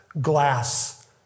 glass